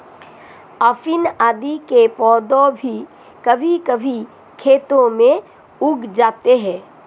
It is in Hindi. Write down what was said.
अफीम आदि के पौधे भी कभी कभी खेतों में उग जाते हैं